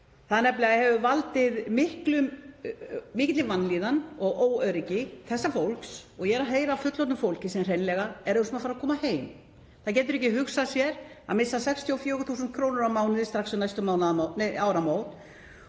Það hefur nefnilega valdið mikilli vanlíðan og óöryggi þessa fólks og ég er að heyra af fullorðnu fólki sem hreinlega er að hugsa um að fara að koma heim. Það getur ekki hugsað sér að missa 64.000 kr. á mánuði strax um næstu áramót